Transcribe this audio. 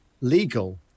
legal